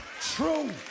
true